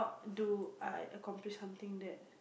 do I accomplish something that